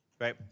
right